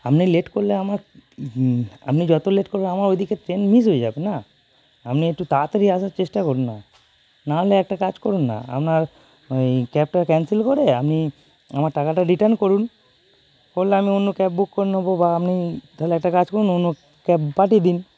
আপনি লেট করলে আমার আপনি যত লেট করবে আমার ওইদিকে ট্রেন মিস হয়ে যাবে না আপনি একটু তাড়াতাড়ি আসার চেষ্টা করুন না না হলে একটা কাজ করুন না আপনার ওই ক্যাবটা ক্যানসেল করে আপনি আমার টাকাটা রিটার্ন করুন করলে আমি অন্য ক্যাব বুক করে নেব বা আপনি তাহলে একটা কাজ করুন অন্য ক্যাব পাঠিয়ে দিন